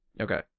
Okay